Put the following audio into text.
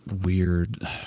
weird